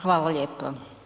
Hvala lijepa.